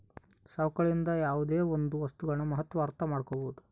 ಸವಕಳಿಯಿಂದ ಯಾವುದೇ ಒಂದು ವಸ್ತುಗಳ ಮಹತ್ವ ಅರ್ಥ ಮಾಡ್ಕೋಬೋದು